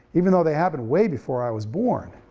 even though they happened way before i was born.